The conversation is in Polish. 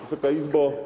Wysoka Izbo!